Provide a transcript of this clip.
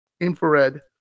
infrared